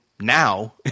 Now